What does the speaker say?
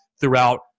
throughout